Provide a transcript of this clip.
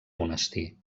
monestir